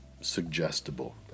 suggestible